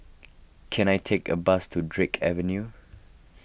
can I take a bus to Drake Avenue